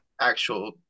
actual